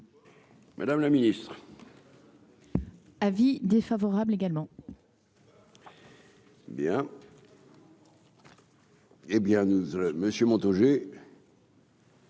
Madame le Ministre. Avis défavorable également. Bien. Eh bien nous, monsieur Montaugé.